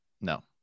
No